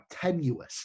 tenuous